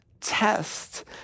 test